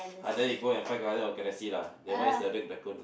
ah then you go and find Guardians of Galaxy lah that one is a real raccoon